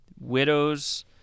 widows